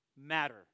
matter